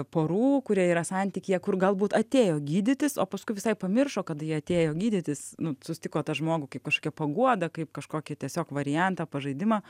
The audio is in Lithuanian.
porų kurie yra santykyje kur galbūt atėjo gydytis o paskui visai pamiršo kad jie atėjo gydytis nu susitiko tą žmogų kaip kažkokią paguodą kaip kažkokį tiesiog variantą pažaidimą